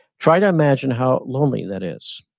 try to imagine how lonely that is.